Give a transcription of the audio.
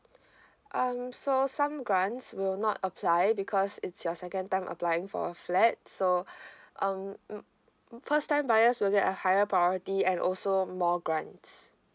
um so some grants will not apply because it's your second time applying for flats so um mm first time buyers will get a higher priority and also more grants